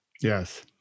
Yes